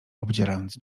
obzierając